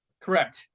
Correct